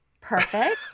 Perfect